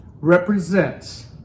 represents